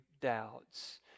doubts